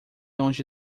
longe